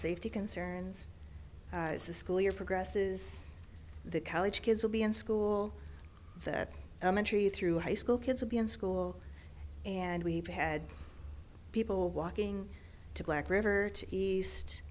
safety concerns as the school year progress is the college kids will be in school elementary through high school kids will be in school and we've had people walking to black river to east